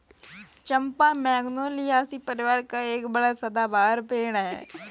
चंपा Magnoliaceae परिवार का एक बड़ा सदाबहार पेड़ है